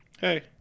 Hey